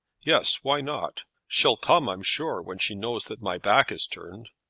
yes why not? she'll come, i'm sure, when she knows that my back is turned.